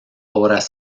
obras